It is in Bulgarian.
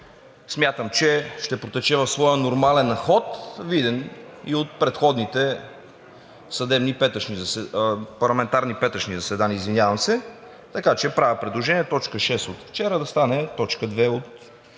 смятам, че ще протече в своя нормален ход, видян и от предходните парламентарни петъчни заседания. Правя предложение т. 6 от вчера да стане т. 2 от